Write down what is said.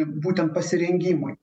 būtent pasirengimui